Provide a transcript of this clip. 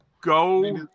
Go